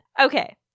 okay